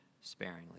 sparingly